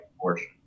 portion